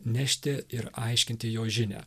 nešti ir aiškinti jo žinią